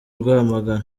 rwamagana